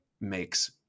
makes